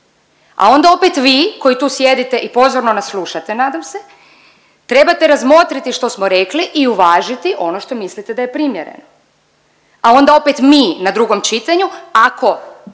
a onda opet vi koji tu sjedite i pozorno nas slušate nadam se trebate razmotriti što smo rekli i uvažiti ono što mislite da je primjereno. A onda opet mi na drugom čitanju ako